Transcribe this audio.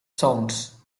sounds